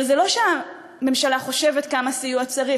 אבל זה לא שהממשלה חושבת כמה סיוע צריך,